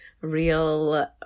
real